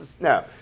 no